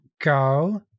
Go